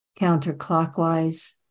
counterclockwise